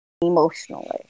Emotionally